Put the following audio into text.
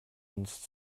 uns